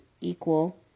equal